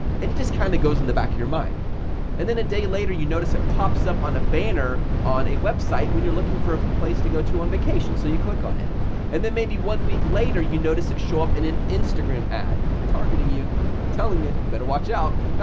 and it just kind of goes in the back of your mind and then a day later you notice it pops up on a banner on a website when you're looking for a place to go to on vacation, so you click on it and then maybe one week later, you notice it show up in an instagram ad. they're targeting you, i'm telling you you better watch out